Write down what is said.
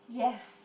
yes